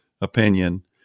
opinion